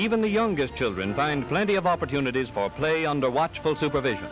even the youngest children find plenty of opportunities for play under watchful supervision